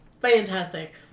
Fantastic